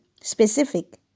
specific